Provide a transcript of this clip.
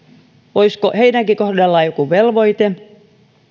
olisiko heidänkin kohdallaan joku velvoite